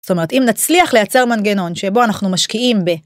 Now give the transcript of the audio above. זאת אומרת, אם נצליח לייצר מנגנון שבו אנחנו משקיעים ב...